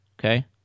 okay